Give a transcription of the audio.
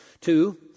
Two